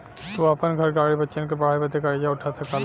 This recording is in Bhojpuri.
तू आपन घर, गाड़ी, बच्चन के पढ़ाई बदे कर्जा उठा सकला